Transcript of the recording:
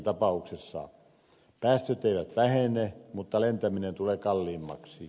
päästöt eivät vähene mutta lentäminen tulee kalliimmaksi